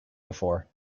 before